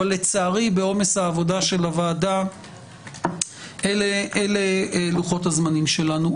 אבל לצערי בעומס העבודה של הוועדה אלה לוחות הזמנים שלנו.